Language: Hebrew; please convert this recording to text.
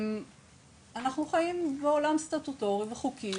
אנחנו חיים בעולם סטטוטורי וחוקי.